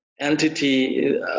entity